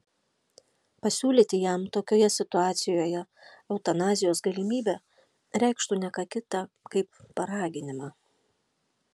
pasiūlyti jam tokioje situacijoje eutanazijos galimybę reikštų ne ką kita kaip paraginimą